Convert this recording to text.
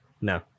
No